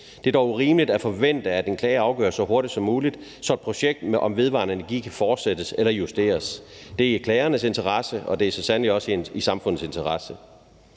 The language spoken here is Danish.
Det er dog rimeligt at forvente, at en klage afgøres så hurtigt som muligt, så projekter med vedvarende energi kan fortsættes eller justeres. Det er i klagernes interesse, og det er så sandelig også i samfundets interesse.